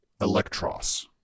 Electros